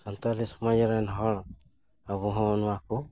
ᱥᱟᱱᱛᱟᱞᱤ ᱥᱚᱢᱟᱡᱽ ᱨᱮᱱ ᱦᱚᱲ ᱟᱵᱚ ᱦᱚᱸ ᱱᱚᱣᱟ ᱠᱚ